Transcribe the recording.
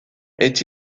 est